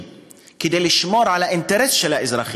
כדי לשמור על האינטרס של האזרחים,